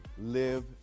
live